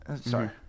Sorry